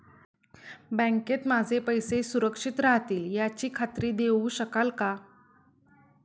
बँकेत माझे पैसे सुरक्षित राहतील याची खात्री देऊ शकाल का?